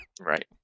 Right